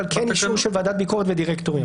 אבל כן אישור של ועדת ביקורת ודירקטוריון.